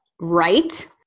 Right